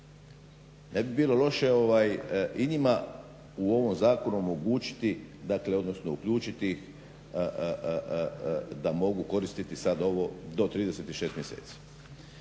Ne bi bilo loše i njima u ovom zakonu omogućiti uključiti ih da mogu koristiti sada ovo do 36 mjeseci.